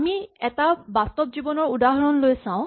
আমি এটা বাস্তৱ জীৱনৰ উদাহৰণ লৈ চাওঁ